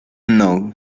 nou